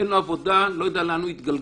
אין לו עבודה לא יודע לאן הוא יתגלגל,